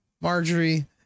Marjorie